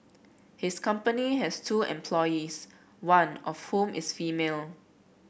his company has two employees one of whom is female